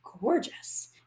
gorgeous